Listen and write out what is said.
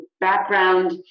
background